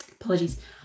apologies